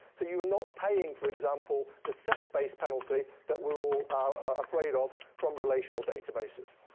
so you're not paying, for example, the set base penalty that we're all afraid of from relational databases.